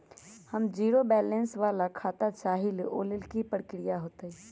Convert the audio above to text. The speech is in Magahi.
हम जीरो बैलेंस वाला खाता चाहइले वो लेल की की प्रक्रिया होतई?